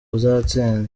uzatsinda